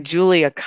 Julia